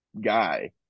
guy